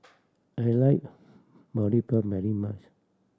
I like Boribap very much